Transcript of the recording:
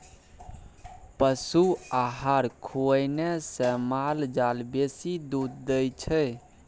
पशु आहार खुएने से माल जाल बेसी दूध दै छै